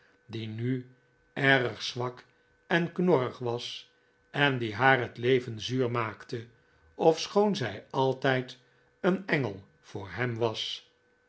die nu erg zwak en knorrig was en die haar het leven zuur maakte ofschoon zij altijd een engel voor hem was